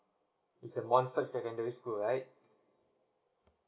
it's the montfort secondary school right